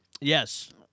Yes